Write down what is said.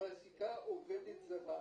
מעסיקה עובדת זרה.